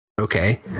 Okay